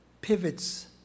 Pivot's